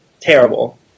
terrible